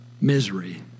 misery